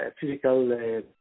physical